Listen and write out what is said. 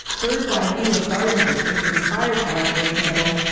bird's-eye view of garden district from fire tower, for example,